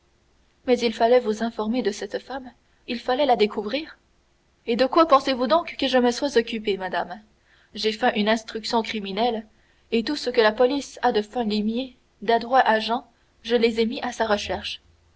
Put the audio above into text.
mais il fallait vous informer de cette femme il fallait la découvrir et de quoi pensez-vous donc que je me sois occupé madame j'ai feint une instruction criminelle et tout ce que la police a de fins limiers d'adroits agents je les mis à sa recherche